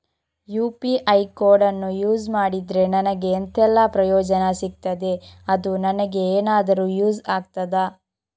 UPI ಕೋಡನ್ನು use ಮಾಡಿದ್ರೆ ನನಗೆ ಎಂಥೆಲ್ಲಾ ಪ್ರಯೋಜನ ಸಿಗ್ತದೆ, ಅದು ನನಗೆ ಎನಾದರೂ ಯೂಸ್ ಆಗ್ತದಾ?